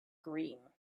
green